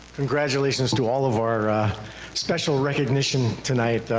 congratulations to all of our special recognition tonight.